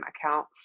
account